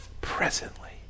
presently